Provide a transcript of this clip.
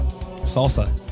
Salsa